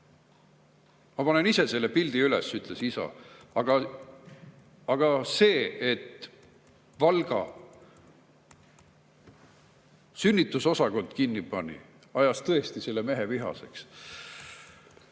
Ma panen ise selle pildi üles." Aga see, et Valga sünnitusosakond kinni pandi, ajas tõesti selle mehe vihaseks.